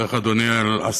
צריך, אדוני השר,